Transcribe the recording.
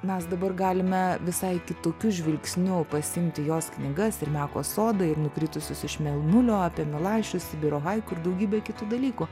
mes dabar galime visai kitokiu žvilgsniu pasiimti jos knygas ir meko sodą ir nukritusius iš mėnulio apie milašių sibiro haiku ir daugybę kitų dalykų